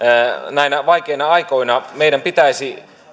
näinä vaikeina aikoina meidän pitäisi